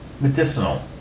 medicinal